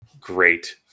great